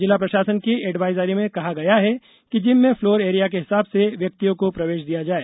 जिला प्रशासन की एडवाइजरी में कहा गया है जिम में फ्लोर एरिया के हिसाब से व्यक्तियों को प्रवेश दिया जाए